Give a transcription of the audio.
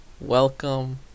welcome